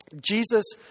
Jesus